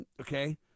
okay